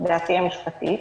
דעתי המשפטית,